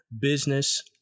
business